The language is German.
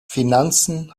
finanzen